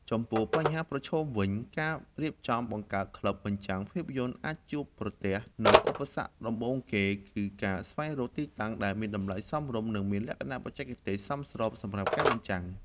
ចំពោះបញ្ហាប្រឈមវិញ ការរៀបចំបង្កើតក្លឹបបញ្ចាំងភាពយន្តអាចជួបប្រទះនូវឧបសគ្គដំបូងគេ គឺការស្វែងរកទីតាំងដែលមានតម្លៃសមរម្យ និងមានលក្ខណៈបច្ចេកទេសសមស្របសម្រាប់ការបញ្ចាំង។